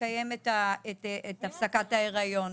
לקיים את הפסקת ההיריון.